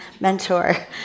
mentor